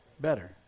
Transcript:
better